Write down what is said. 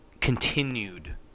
continued